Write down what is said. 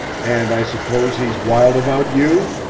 and i suppose he's wild about you?